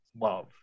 love